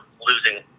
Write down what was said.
losing